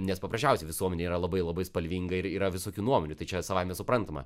nes paprasčiausiai visuomenė yra labai labai spalvinga ir yra visokių nuomonių tai čia savaime suprantama